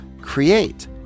create